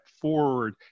forward